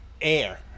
air